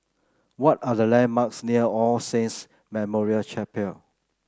what are the landmarks near All Saints Memorial Chapel